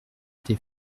été